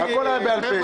הכול היה בעל-פה.